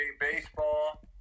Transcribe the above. baseball